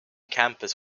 campus